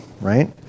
right